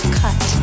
cut